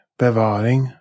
bevaring